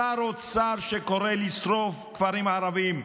שר אוצר שקורא לשרוף כפרים ערביים,